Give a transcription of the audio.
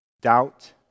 doubt